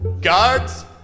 Guards